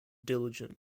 diligent